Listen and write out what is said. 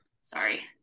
Sorry